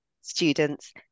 students